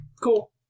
Cool